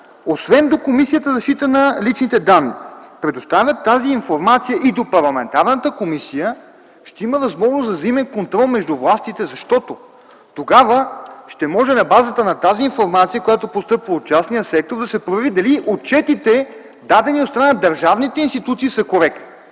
освен до Комисията за защита на личните данни предоставят тази информация и до парламентарната комисия, ще има възможност за взаимен контрол между властите. Защото тогава ще може на базата на тази информация, която постъпва от частния сектор, да се провери дали отчетите, дадени от страна на държавните институции, са коректни.